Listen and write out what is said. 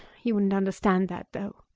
you wouldn't understand that, though.